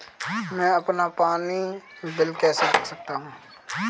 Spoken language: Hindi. मैं अपना पानी का बिल कैसे देख सकता हूँ?